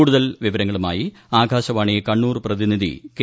കൂടുതൽ വിവരങ്ങളുമായി ആകാശവാണി കണ്ണൂർ പ്രതിനിധി കെ